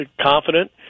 confident